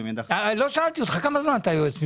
כמה זמן אתה היועץ המשפטי?